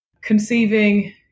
conceiving